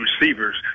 receivers